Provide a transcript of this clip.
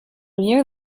year